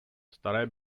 staré